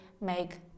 make